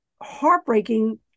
heartbreaking